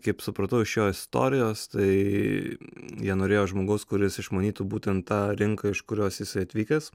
kaip supratau iš jo istorijos tai jie norėjo žmogaus kuris išmanytų būtent tą rinką iš kurios jisai atvykęs